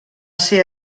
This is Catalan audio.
ser